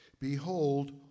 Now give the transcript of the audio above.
behold